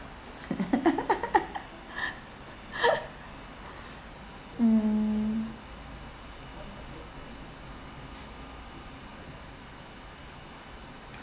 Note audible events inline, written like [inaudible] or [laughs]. [laughs] mm